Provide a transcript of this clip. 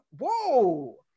whoa